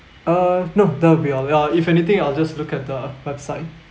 uh no that will be all yeah if anything I'll just look at the website